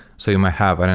so you might have i don't